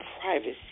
privacy